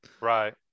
Right